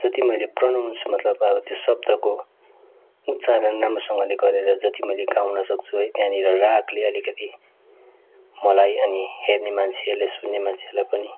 जति मैले प्रनाउन्स मतलब अब त्यो शब्दको उच्चारण राम्रोसँगले गरेर जति मैले गाउन सक्छु है त्यहाँनिर रागले अलिकति मलाई अनि हेर्ने मान्छेहरूले सुन्ने मान्छेहरूलाई पनि